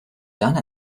done